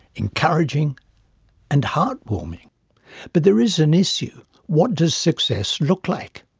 encouraging and heart-warming but there is an issue what does success look like?